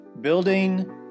Building